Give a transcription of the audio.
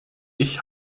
ich